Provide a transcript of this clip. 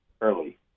early